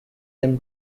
them